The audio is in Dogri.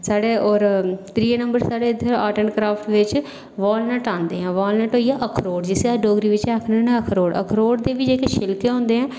साढ़े होर ज्त्रीयै नंबर साढ़े आर्ट एंड क्रॉफ्ट बिच इत्थै वालनट होंदे जिसी अस आखदे अखरोट डोगरी बिच जिसी अस आखदे अखरोट अखरोट दे बी जेह्ड़े छिलके होंदे आ